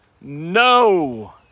no